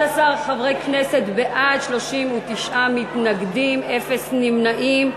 11 חברי כנסת בעד, 39 מתנגדים, אין נמנעים.